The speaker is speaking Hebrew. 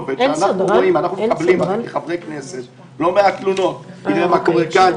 אנחנו כחברי כנסת מקבלים לא מעט תלונות: תראה מה קורה כאן,